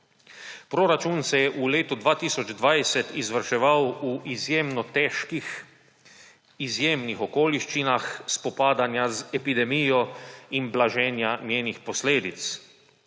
Proračun se je v letu 2020 izvrševal v izjemno težkih, izjemnih okoliščinah spopadanja z epidemijo in blaženja njenih posledic.